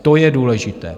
To je důležité.